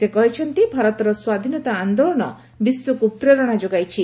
ସେ କହିଛନ୍ତି ଭାରତର ସ୍ୱାଧୀନତା ଆଦୋଳନ ବିଶ୍ୱକୁ ପ୍ରେରଣା ଯୋଗାଇଛି